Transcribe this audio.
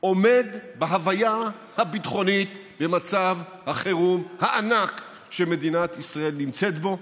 עומד בהוויה הביטחונית במצב החירום הענק שמדינת ישראל נמצאת בו.